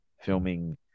filming